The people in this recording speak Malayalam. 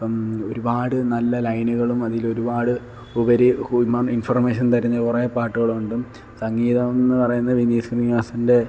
ഇപ്പം ഒരുപാട് നല്ല ലൈനുകളും അതിലൊരുപാട് ഉപരി ഹ്യൂമന് ഇന്ഫോര്മേഷന് തരുന്ന കുറേ പാട്ടുകള് കൊണ്ടും സംഗീതം എന്ന് പറയുന്നത് വിനീത് ശ്രീനിവാസന്റെ